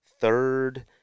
Third